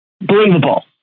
believable